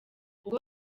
ubwo